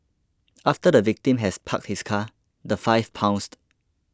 after the victim has parked his car the five pounced